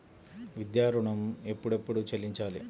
విద్యా ఋణం ఎప్పుడెప్పుడు చెల్లించాలి?